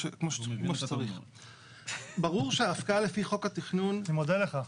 אני מודה לך.